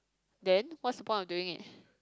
then what's the point of doing it